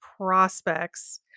prospects